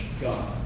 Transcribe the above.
God